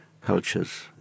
cultures